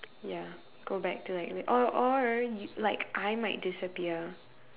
ya go back to like or or or like I might disappear